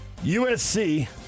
USC